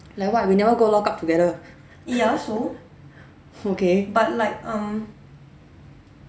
like what we never go lockup okay